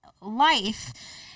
life